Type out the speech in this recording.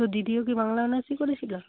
তোর দিদিও কি বাংলা অনার্সই করেছিল